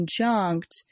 conjunct